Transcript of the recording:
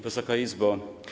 Wysoka Izbo!